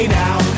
now